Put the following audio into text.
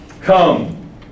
come